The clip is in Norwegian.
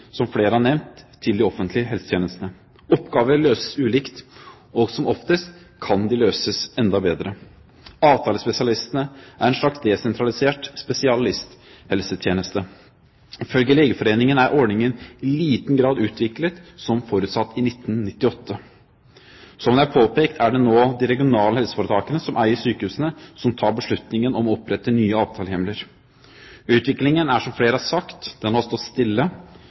som flere har nevnt, til de offentlige helsetjenestene. Oppgaver løses ulikt, og som oftest kan de løses enda bedre. Avtalespesialistene er en slags desentralisert spesialisthelsetjeneste. Ifølge Legeforeningen er ordningen i liten grad utviklet som forutsatt i 1998. Som det er påpekt, er det nå de regionale helseforetakene som eier sykehusene, som tar beslutningen om å opprette nye avtalehjemler. Utviklingen har, som flere har sagt, stått stille